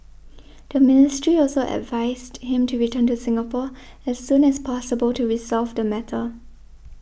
the ministry also advised him to return to Singapore as soon as possible to resolve the matter